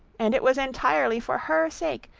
and it was entirely for her sake,